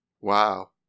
Wow